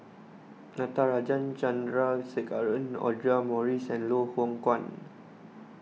Natarajan Chandrasekaran Audra Morrice and Loh Hoong Kwan